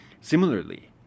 Similarly